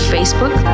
Facebook